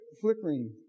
flickering